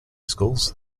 schools